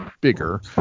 bigger